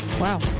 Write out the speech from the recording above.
wow